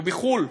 הוא בחו"ל.